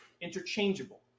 Interchangeable